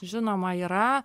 žinoma yra